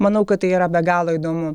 manau kad tai yra be galo įdomu